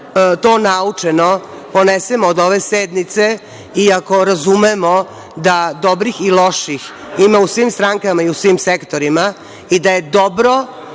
to naučeno ponesemo od ove sednice i ako razumemo da dobrih i loših ima u svim strankama i u svim sektorima i da je dobro